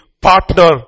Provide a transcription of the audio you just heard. partner